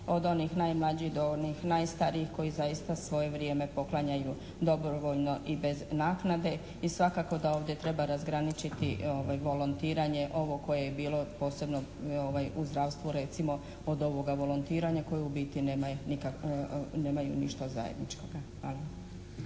od onih najmlađih do onih najstarijih koji zaista svoje vrijeme poklanjanju dobrovoljno i bez naknade i svakako da ovdje treba razgraničiti volontiranje, ovo koje je bilo posebno u zdravstvu recimo od ovoga volontiranja koje u biti nemaju, nemaju ništa zajedničkoga. Hvala.